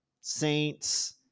Saints